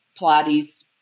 Pilates